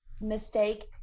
mistake